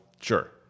Sure